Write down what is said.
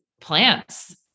plants